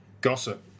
Gossip